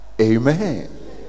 amen